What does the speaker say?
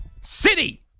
City